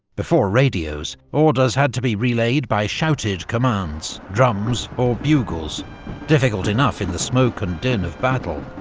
before radios, orders had to be relayed by shouted commands, drums or bugles difficult enough in the smoke and din of battle,